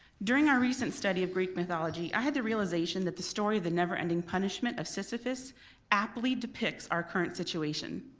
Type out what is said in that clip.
during our recent study of greek mythology, i had the realization that the story of the never ending punishment of sisyphus aptly depicts our current situation.